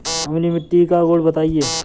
अम्लीय मिट्टी का गुण बताइये